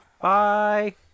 Bye